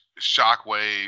Shockwave